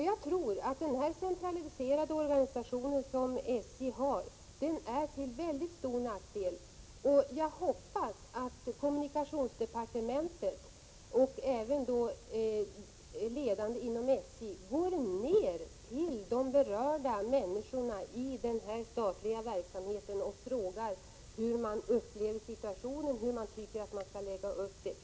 Jag tror att SJ:s centraliserade organisation är en stor nackdel, och jag hoppas att kommunikationsdepartementet och även ledningen inom SJ går ut till de berörda människorna i denna statliga verksamhet och frågar hur de upplever situationen, hur de tycker att organisationen skall läggas upp.